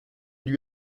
lui